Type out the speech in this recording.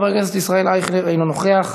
חבר הכנסת ישראל אייכלר, אינו נוכח.